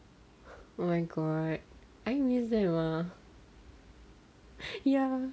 oh my god I knew that mah ya